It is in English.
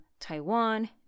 Taiwan